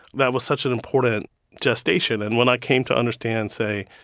that was such an important gestation and when i came to understand, say,